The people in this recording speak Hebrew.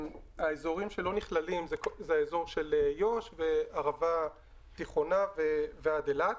האזורים שלא נכללים זה האזור של יו"ש וערבה תיכונה עד אילת.